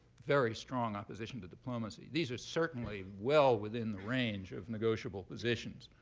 very strong opposition to diplomacy. these are certainly well within the range of negotiable positions.